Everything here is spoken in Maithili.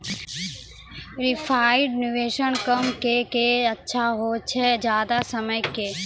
डिपॉजिट निवेश कम समय के के अच्छा होय छै ज्यादा समय के?